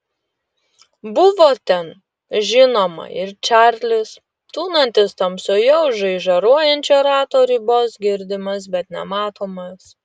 buvo ten žinoma ir čarlis tūnantis tamsoje už žaižaruojančio rato ribos girdimas bet nematomas